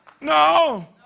No